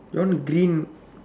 one green